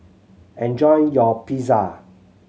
enjoy your Pizza